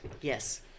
yes